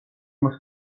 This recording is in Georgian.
მას